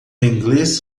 inglês